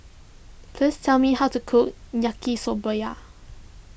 please tell me how to cook Yaki Soba Yar